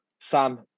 Sam